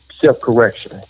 self-correction